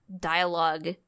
dialogue